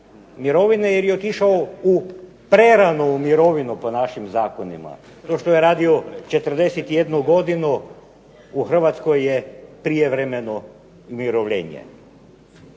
mirovine jer je otišao u preranu mirovinu po našim zakonima, to što je radio 41 godinu u Hrvatskoj je prijevremeno umirovljenje.